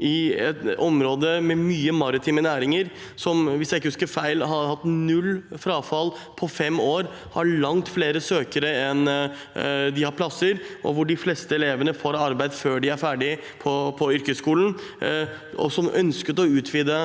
i et område med mye maritim næring, som, hvis jeg ikke husker feil, har hatt null frafall på fem år, og har langt flere søkere enn de har plasser, og hvor de fleste elevene får arbeid før de er ferdige på yrkesskolen. De ønsket å utvide